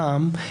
פעם,